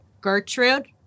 Gertrude